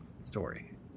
story